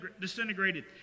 disintegrated